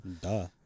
Duh